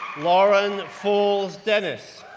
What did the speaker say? lauren falls dennis,